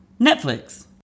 Netflix